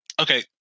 Okay